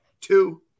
two